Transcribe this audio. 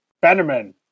Bannerman